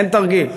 אין תרגיל.